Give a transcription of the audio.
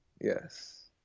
Yes